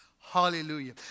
Hallelujah